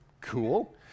Cool